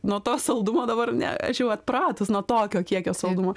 nuo to saldumo dabar ne aš jau atpratus nuo tokio kiekio saldumo